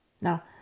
Now